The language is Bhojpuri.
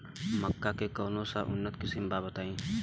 मक्का के कौन सा उन्नत किस्म बा बताई?